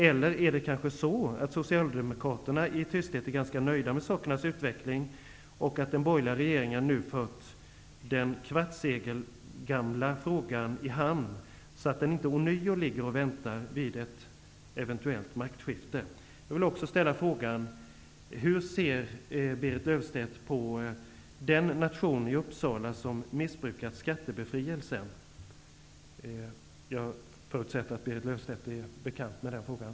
Eller är det kanske så att Socialdemokraterna i tysthet är ganska nöjda med sakernas utveckling och att den borgerliga regeringen nu fört den kvartssekelgamla frågan i hamn, så att den inte ånyo ligger och väntar vid ett eventuellt maktskifte? Löfstedt på den nation i Uppsala som missbrukat sin skattebefrielse? Jag förutsätter att Berit Löfstedt är bekant med den frågan.